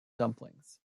dumplings